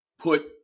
Put